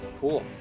cool